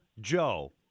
Joe